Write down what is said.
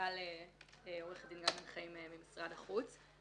דין גל בן חיים ממשרד החוץ.